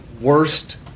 worst